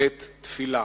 בית-תפילה.